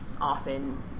often